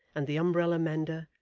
and the umbrella-mender,